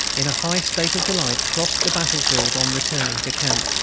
in a high state of delight, crossed the battlefield on returning to camp.